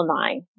nine